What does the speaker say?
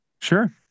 Sure